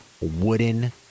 wooden